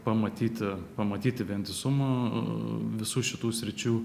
pamatyti pamatyti vientisumą visų šitų sričių